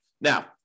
Now